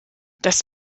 das